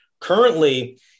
currently